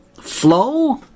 flow